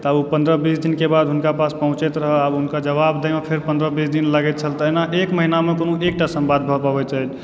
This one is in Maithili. तऽ आब ओ पन्द्रह बीस दिनके बाद हुनका पास पहुँचैत रहय आब हुनका जवाब दै मे फेर पन्द्रह बीस दिन लागैत छल तहिना एक महिना मे कोनो एकटा संवाद भऽ पाबैत रहै